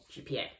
GPA